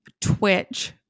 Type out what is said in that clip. Twitch